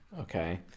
okay